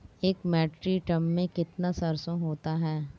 एक metric tonne में कितनी सरसों होती है?